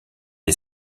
est